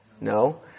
No